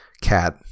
cat